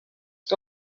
que